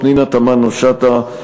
פנינה תמנו-שטה,